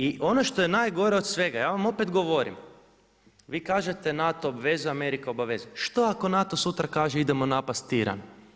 I ono što je najgore od svega, ja vam opet govorim, vi kažete NATO obvezuje, Amerika obvezuje, što ako NATO sutra kaže idemo napast Iran?